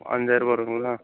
அஞ்சாயிரருவா வரும்ங்களா